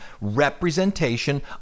representation